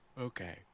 Okay